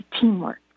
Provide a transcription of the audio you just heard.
teamwork